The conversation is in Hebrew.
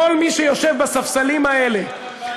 כל מי שיושב בספסלים האלה,